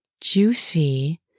Juicy